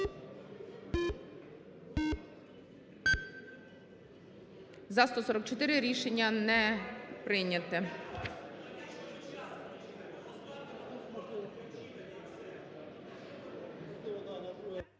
За-144 Рішення не прийнято.